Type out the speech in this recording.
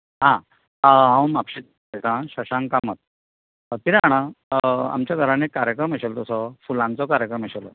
आं हांव म्हापशासून उलयतां शशांक कामत कितें जाणां आमच्या घरान एक कार्यक्रम आशिल्लो तसो फुलांचो कार्यक्रम आशिल्लो